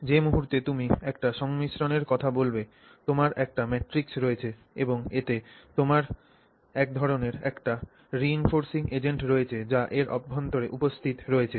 যে মুহুর্তে তুমি একটি সংমিশ্রনের কথা বলবে তোমার একটি ম্যাট্রিক্স রয়েছে এবং এতে তোমার একধরনের একটি রিইনফোরসিং এজেন্ট রয়েছে যা এর অভ্যন্তরে উপস্থিত রয়েছে